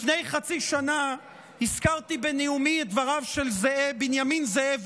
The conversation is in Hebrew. לפני חצי שנה הזכרתי בנאומי את דבריו של בנימין זאב